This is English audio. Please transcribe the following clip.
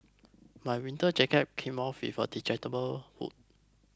my winter jacket came off with a detachable hood